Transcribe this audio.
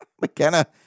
McKenna